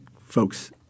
folks